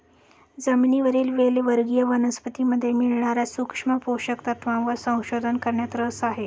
जमिनीवरील वेल वर्गीय वनस्पतीमध्ये मिळणार्या सूक्ष्म पोषक तत्वांवर संशोधन करण्यात रस आहे